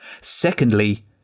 Secondly